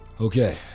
Okay